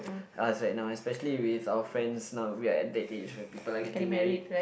us right now especially with our friends now we are at that age where people are getting married